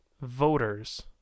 voters